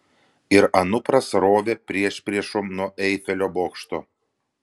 ir anupras rovė priešpriešom nuo eifelio bokšto